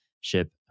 ship